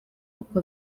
uko